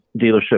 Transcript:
dealership